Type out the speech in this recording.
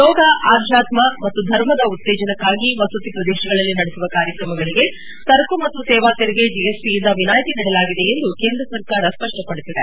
ಯೋಗ ಆಧ್ಯಾತ್ಮ ಮತ್ತು ಧರ್ಮದ ಉತ್ತೇಜನಕ್ಕಾಗಿ ವಸತಿ ಪ್ರದೇಶಗಳಲ್ಲಿ ನಡೆಸುವ ಕಾರ್ಯಕ್ರಮಗಳಿಗೆ ಸರಕು ಮತ್ತು ಸೇವಾ ತೆರಿಗೆ ಜಿಎಸ್ಟಿಯಿಂದ ವಿನಾಯಿತಿ ನೀಡಲಾಗಿದೆ ಎಂದು ಕೇಂದ್ರ ಸರ್ಕಾರ ಸ್ಪಷ್ವಪಡಿಸಿದೆ